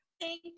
Thank